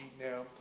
now